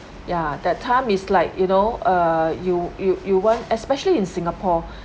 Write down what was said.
ya that time is like you know uh you you you want especially in singapore